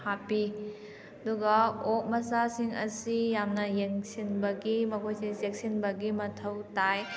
ꯍꯥꯞꯄꯤ ꯑꯗꯨꯒ ꯑꯣꯛ ꯃꯆꯥꯁꯤꯡ ꯑꯁꯤ ꯌꯥꯝꯅ ꯌꯦꯡꯁꯤꯟꯕꯒꯤ ꯃꯈꯣꯏꯁꯦ ꯆꯦꯛꯁꯤꯟꯕꯒꯤ ꯃꯊꯧ ꯇꯥꯏ